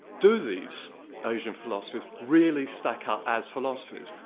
do these asian philosophies really stack up as philosophies?